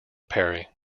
parry